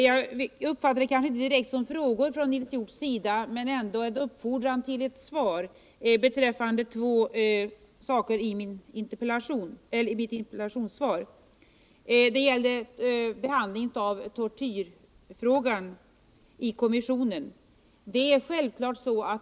Jag uppfattade inte några direkta frågor från Nils Hjorths sida men ändå en uppfordran till svar beträffande två saker i mitt interpellationssvar. Det gällde behandlingen av tortyrfrågan i kommissionen.